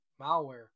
malware